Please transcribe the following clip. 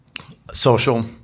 social